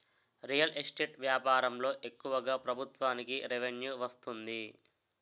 real estate వ్యాపారంలో ఎక్కువగా ప్రభుత్వానికి రెవెన్యూ వస్తుంది